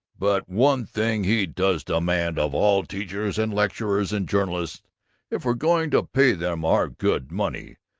but one thing he does demand of all teachers and lecturers and journalists if we're going to pay them our good money,